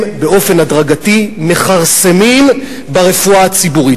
באופן הדרגתי מכרסמים ברפואה הציבורית.